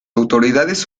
autoridades